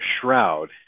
Shroud